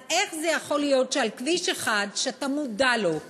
אז איך זה יכול להיות שבכביש אחד שאתה מודע לו,